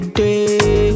day